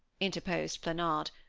interposed planard,